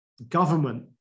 government